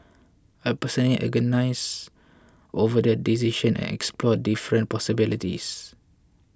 I personally agonised over the decision and explored different possibilities